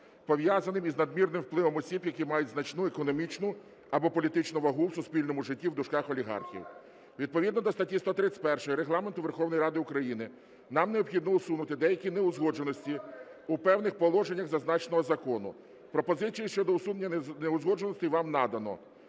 пов'язаним із надмірним впливом осіб, які мають значну економічну або політичну вагу в суспільному житті (олігархів). Відповідно до статті 131 Регламенту Верховної Ради України нам необхідно усунути деякі неузгодженості у певних положеннях зазначеного закону. Пропозиції щодо усунення неузгодженостей вам надано.